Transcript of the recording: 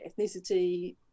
ethnicity